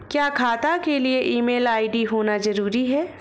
क्या खाता के लिए ईमेल आई.डी होना जरूरी है?